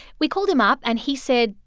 we called him up. and he said,